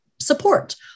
Support